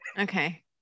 Okay